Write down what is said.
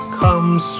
comes